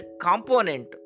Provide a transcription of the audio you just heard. component